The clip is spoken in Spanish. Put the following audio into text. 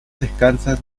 descansan